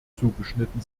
zugeschnitten